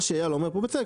מה שאייל אומר פה ובצדק,